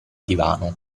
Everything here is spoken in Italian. divano